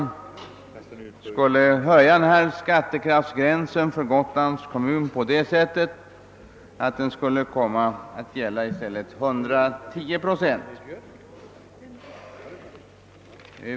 I motioner har yrkats att skattekraftsgränsen för Gotlands kommun skall höjas till 110 procent från föreslagna 92 procent.